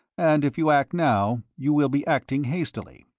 and if you act now you will be acting hastily.